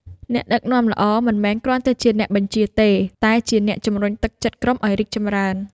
អ្នកដឹកនាំល្អ មិនមែនគ្រាន់តែជាអ្នកបញ្ជាទេ តែជាអ្នកជំរុញទឹកចិត្តក្រុមឲ្យរីកចម្រើន។